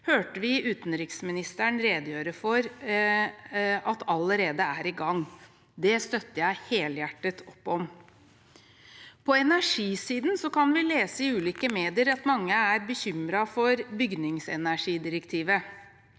våre europeiske allierte og naboer, allerede er i gang. Det støtter jeg helhjertet opp om. På energisiden kan vi lese i ulike medier at mange er bekymret for bygningsenergidirektivet.